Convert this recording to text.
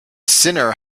sinner